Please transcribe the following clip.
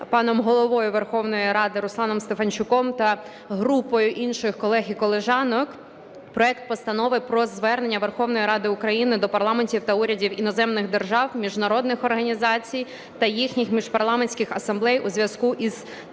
паном Головою Верховної Ради Русланом Стефанчуком та групою інших колег і колежанок проект Постанови про Звернення Верховної Ради України до парламентів та урядів іноземних держав, міжнародних організацій та їхніх міжпарламентських асамблей у зв'язку із